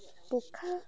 poka